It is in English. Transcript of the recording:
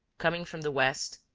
coming from the west,